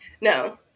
No